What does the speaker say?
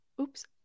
oops